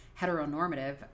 heteronormative